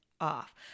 off